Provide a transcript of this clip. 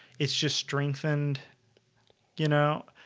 it's just strengthened you know